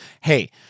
hey